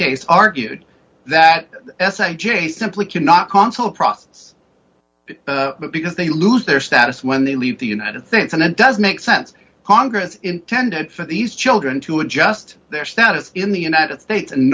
case argued that s i j simply cannot console process because they lose their status when they leave the united states and it does make sense congress intended for these children to adjust their status in the united states and